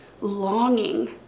longing